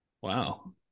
wow